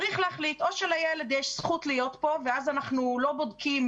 צריך להחליט: או שלילד יש זכות להיות פה ואז אנחנו לא בודקים